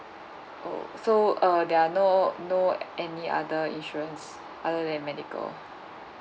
oh so uh there are no no any other insurance other than medical